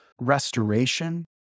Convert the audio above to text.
restoration